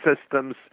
systems